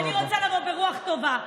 אני רוצה לבוא ברוח טובה.